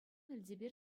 элтепер